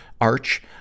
Arch